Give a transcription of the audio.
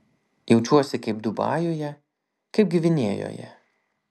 jaučiuosi kaip dubajuje kaip gvinėjoje